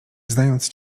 znając